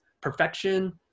perfection